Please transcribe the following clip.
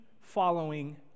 following